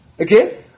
okay